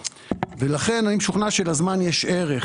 לכן אני משוכנע שלזמן יש ערך,